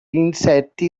insetti